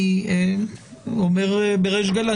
אני אומר בריש גליה,